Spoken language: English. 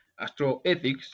astroethics